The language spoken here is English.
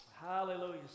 Hallelujah